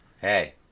Hey